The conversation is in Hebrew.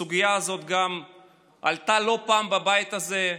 הסוגיה הזאת עלתה לא פעם בבית הזה,